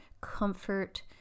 comfort